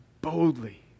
boldly